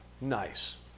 nice